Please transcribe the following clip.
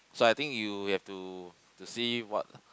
so I think you you have to to see what